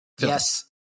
Yes